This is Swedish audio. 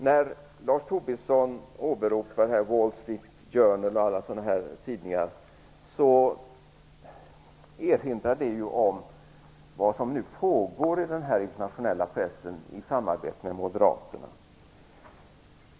När Lars Tobisson åberopar Wall Street Journal erinrar det om vad som nu pågår i den internationella pressen i samarbete med Moderaterna.